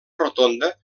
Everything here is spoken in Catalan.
rotonda